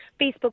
Facebook